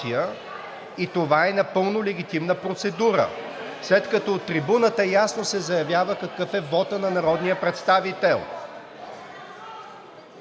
Това е напълно легитимна процедура, след като от трибуната ясно се заявява какъв е вотът на народния представител.